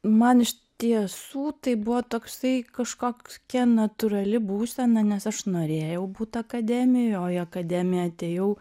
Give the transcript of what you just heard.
man iš tiesų tai buvo toksai kažkoks kia natūrali būsena nes aš norėjau būt akademijoj o į akademiją atėjau